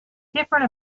different